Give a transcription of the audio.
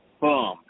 boom